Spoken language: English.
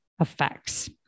effects